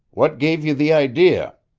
what gave you the idea?